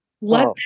let